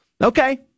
Okay